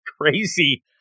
crazy